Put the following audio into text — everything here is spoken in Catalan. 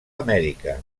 amèrica